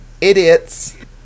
Idiots